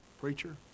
Preacher